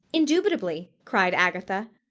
indubitably! cried agatha.